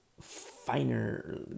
finer